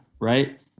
right